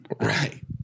right